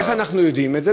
איך אנחנו יודעים את זה?